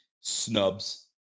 snubs